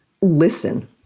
listen